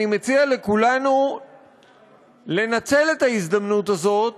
אני מציע לכולנו לנצל את ההזדמנות הזאת